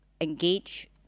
engage